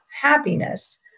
happiness